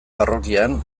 parrokian